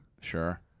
Sure